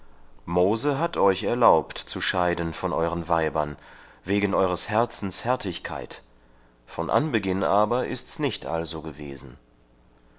mose hat euch erlaubt zu scheiden von euren weibern wegen eures herzens härtigkeit von anbeginn aber ist's nicht also gewesen